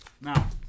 now